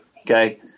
Okay